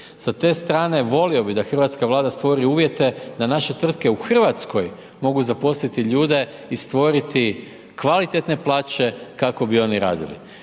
Sa te strane volio bih da hrvatska Vlada stvori uvjete da naše tvrtke u Hrvatskoj mogu zaposliti ljude i stvoriti kvalitetne plaće kako bi oni radili.